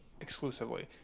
Exclusively